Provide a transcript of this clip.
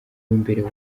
w’imbere